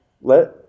Let